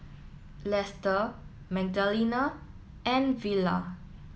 Lester Magdalena and Vella